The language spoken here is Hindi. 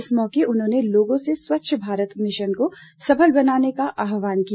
इस मौके उन्होंने लोगों से स्वच्छ भारत मिशन को सफल बनाने का आहवान किया